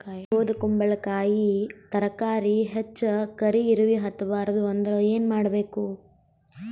ಬೊದಕುಂಬಲಕಾಯಿ ತರಕಾರಿ ಹೆಚ್ಚ ಕರಿ ಇರವಿಹತ ಬಾರದು ಅಂದರ ಏನ ಮಾಡಬೇಕು?